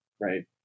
right